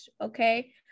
Okay